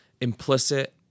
implicit